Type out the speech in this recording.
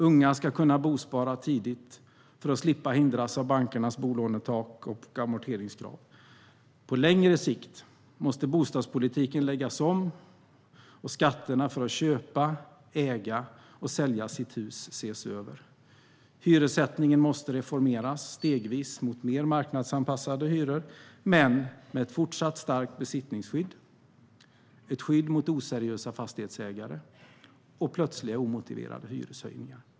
Unga ska kunna börja bospara tidigt för att slippa hindras av bankernas bolånetak och amorteringskrav. På längre sikt måste bostadspolitiken läggas om och skatterna för att köpa, äga och sälja sitt hus ses över. Hyressättningen måste reformeras stegvis mot mer marknadsanpassade hyror men med ett fortsatt starkt besittningsskydd, ett skydd mot oseriösa fastighetsägare och plötsliga omotiverade hyreshöjningar.